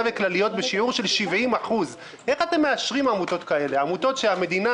וכלליות בשיעור של 70%. איך אתם מאשרים עמותות כאלה שהמדינה